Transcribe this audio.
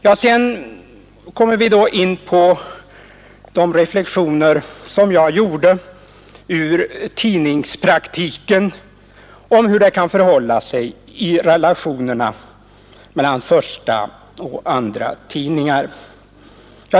Vidare kom herr Ahlmark in på de reflexioner som jag gjorde med anledning av hur det i praktiken kan ställa sig beträffande relationerna mellan förstaoch andratidningar.